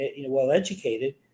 well-educated